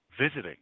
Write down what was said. visiting